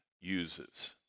uses